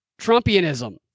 Trumpianism